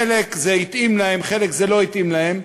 חלק זה התאים להם, חלק זה לא התאים להם,